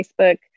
Facebook